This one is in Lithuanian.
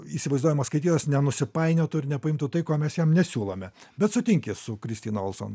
įsivaizduojamas skaitytojas nenusipainiotų ir nepaimtų tai ko mes jam nesiūlome bet sutinki su kristina alson